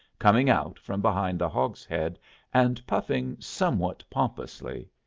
coming out from behind the hogshead and puffing somewhat pompously.